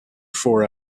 four